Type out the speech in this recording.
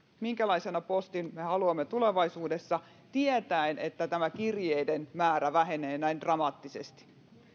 minkälaisen postin me haluamme tulevaisuudessa tietäen että kirjeiden määrä vähenee näin dramaattisesti